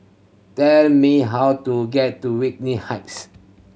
tell me how to get to Whitley Heights